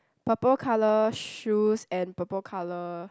purple colour shoes and purple colour